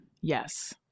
Yes